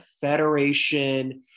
Federation